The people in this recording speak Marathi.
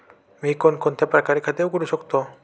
मी कोणकोणत्या प्रकारचे खाते उघडू शकतो?